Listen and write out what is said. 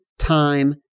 time